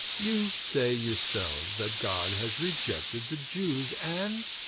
you say yourselves that god has rejected the jews and,